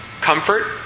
Comfort